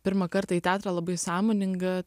pirmą kartą į teatrą labai sąmoninga